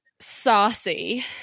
Saucy